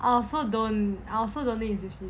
I also don't I also don't dare to introduce